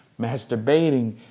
Masturbating